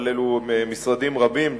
אבל אלה משרדים רבים,